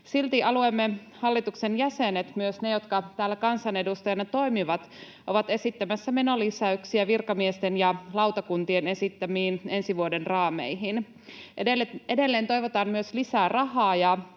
Silti alueemme hallituksen jäsenet, myös ne, jotka täällä kansanedustajina toimivat, ovat esittämässä menolisäyksiä virkamiesten ja lautakuntien esittämiin ensi vuoden raameihin. Edelleen toivotaan myös lisää rahaa